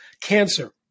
cancer